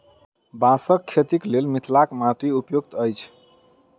बाँसक खेतीक लेल मिथिलाक माटि उपयुक्त अछि